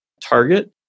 target